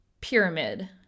pyramid